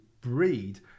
breed